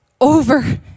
over